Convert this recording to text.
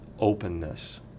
openness